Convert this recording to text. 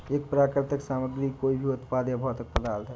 एक प्राकृतिक सामग्री कोई भी उत्पाद या भौतिक पदार्थ है